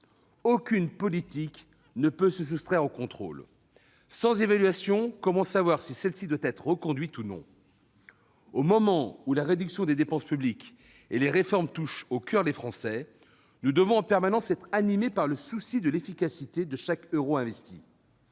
Aucune politique ne peut se soustraire au contrôle. Sans évaluation, comment savoir si une politique doit être reconduite ou non ? Au moment où la réduction des dépenses publiques et les réformes touchent au coeur les Français, nous devons en permanence être animés par le souci de l'efficacité de chaque euro investi.